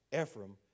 Ephraim